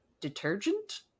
detergent